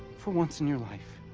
for once in your life,